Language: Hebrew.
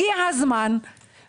הגיע הזמן